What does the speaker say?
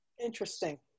Interesting